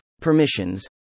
Permissions